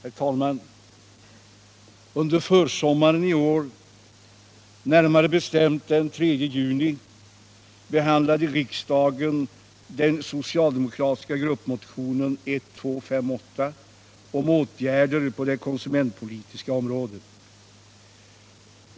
Herr talman! Under försommaren i år, närmare bestämt den 3 juni, behandlade = riksdagen den = socialdemokratiska gruppmotionen 1976/77:1258 om åtgärder på det konsumentpolitiska området.